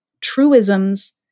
truisms